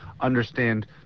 understand